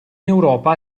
europa